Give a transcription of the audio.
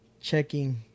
checking